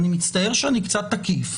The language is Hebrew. אני מצטער שאני קצת תקיף,